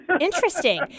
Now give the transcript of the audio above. Interesting